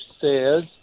says